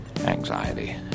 anxiety